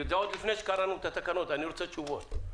עוד לפני שקראנו את התקנות, אני רוצה תשובות.